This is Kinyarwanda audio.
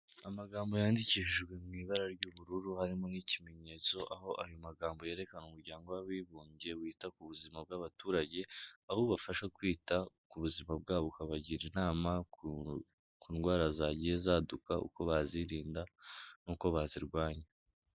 Amagambo yandikishijwe mu ibara ry'ubururu harimo n'ikimenyetso, aho ayo magambo yerekana umuryango w'abibumbye wita ku buzima bw'abaturage, abo bafasha kwita ku buzima bwabo ukabagira inama, ku ndwara zagiye zaduka, uko bazirinda n'uko bazirwanya.